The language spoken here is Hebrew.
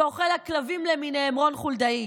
ואוכל הכלבים למיניהם רון חולדאי.